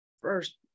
first